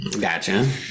Gotcha